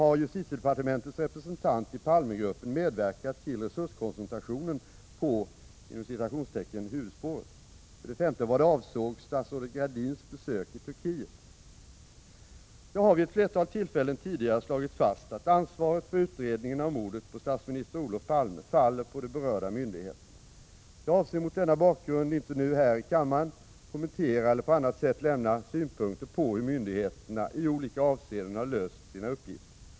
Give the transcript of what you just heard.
Har justitiedepartementets representant i Palme-gruppen medverkat till resurskoncentrationen på ”huvudspåret”? Jag har vid ett flertal tillfällen tidigare slagit fast att ansvaret för utredningen av mordet på statsminister Olof Palme faller på de berörda myndigheterna. Jag avser mot denna bakgrund inte nu här i kammaren att kommentera eller på annat sätt lämna synpunkter på hur myndigheterna i olika avseenden har löst sina uppgifter.